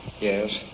Yes